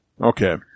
Okay